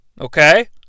Okay